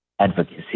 advocacy